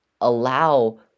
allow